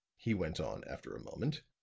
he went on, after a moment,